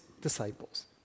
disciples